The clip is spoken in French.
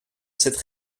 cette